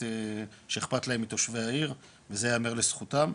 שאכפת להם מתושבי העיר וזה יאמר לזכותם,